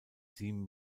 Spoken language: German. sieben